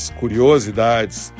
curiosidades